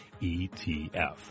ETF